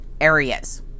areas